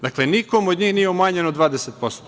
Dakle, nikome od njih nije umanjeno 20%